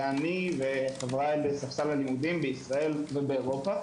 ואני וחבריי לספסל הלימודים בישראל ובאירופה